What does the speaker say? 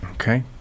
Okay